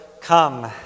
come